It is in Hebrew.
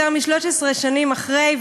יותר מ-13 שנים אחרי,